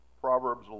Proverbs